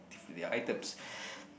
their items